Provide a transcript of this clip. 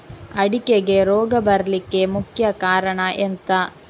ಅಡಿಕೆಗೆ ರೋಗ ಬರ್ಲಿಕ್ಕೆ ಮುಖ್ಯ ಕಾರಣ ಎಂಥ?